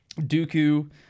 Dooku